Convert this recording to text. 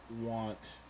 want